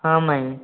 ହଁ ମାଇଁ